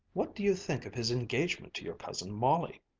what do you think of his engagement to your cousin molly?